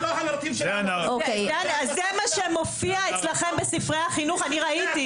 זה מה שמופיע אצלכם בספרי הלימוד, אני ראיתי.